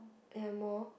ya more